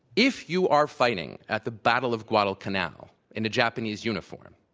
if you are fighting at the battle of guadalcanal in a japanese uniform,